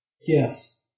Yes